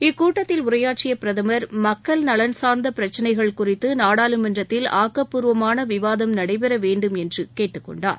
இக்கூட்டத்தில் உரையாற்றியபிரதம் மக்கள் நலன் சார்ந்தபிரச்சிளைகள் குறித்துநாடாளுமன்றத்தில் ஆக்கப்பூர்வமானவிவாதம் நடைபெறவேண்டும் என்றுகேட்டுக் கொண்டார்